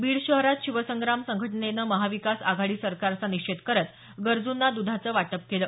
बीड शहरात शिवसंग्राम संघटनेनं महाविकास आघाडी सरकारचा निषेध करत गरजुंना दुधाचं वाटप केलं